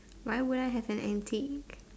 why would I have an antique